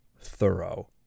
thorough